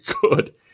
good